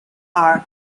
are